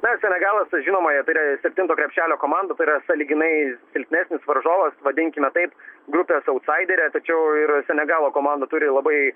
na senegalas žinoma tai yra septinto krepšelio komanda tai yra sąlyginai silpnesnis varžovas vadinkime taip grupės autsaiderė tačiau ir senegalo komanda turi labai